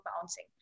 bouncing